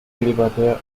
célibataire